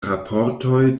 raportoj